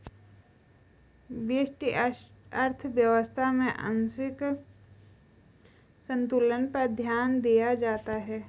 व्यष्टि अर्थशास्त्र में आंशिक संतुलन पर ध्यान दिया जाता है